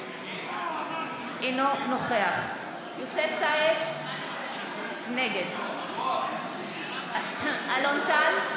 אינו נוכח יוסף טייב, נגד אלון טל,